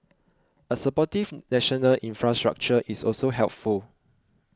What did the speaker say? a supportive national infrastructure is also helpful